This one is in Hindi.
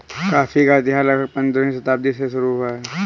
कॉफी का इतिहास लगभग पंद्रहवीं शताब्दी से शुरू हुआ है